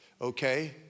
okay